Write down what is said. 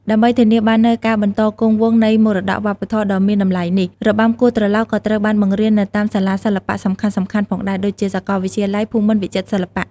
ដើម្បីធានាបាននូវការបន្តគង់វង្សនៃមរតកវប្បធម៌ដ៏មានតម្លៃនេះ របាំគោះត្រឡោកក៏ត្រូវបានបង្រៀននៅតាមសាលាសិល្បៈសំខាន់ៗផងដែរ ដូចជាសាកលវិទ្យាល័យភូមិន្ទវិចិត្រសិល្បៈ។